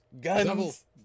guns